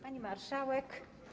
Pani Marszałek!